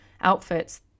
outfits